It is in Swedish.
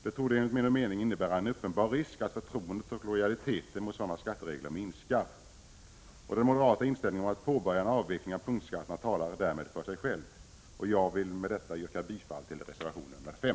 Det torde enligt min mening finnas en uppenbar risk att förtroendet för och lojaliteten mot sådana skatteregler minskar. Den moderata inställningen att man skall påbörja en avveckling av punktskatterna talar därmed för sig själv. Jag vill med detta yrka bifall till reservation nr 5.